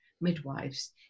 midwives